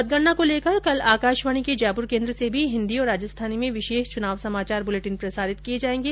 मतगणना को लेकर कल आकाशवाणी के जयपुर केन्द्र से भी हिन्दी और राजस्थानी में विशेष चुनाव समाचार बुलेटिन प्रसारित किये जायेंगे